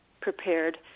Prepared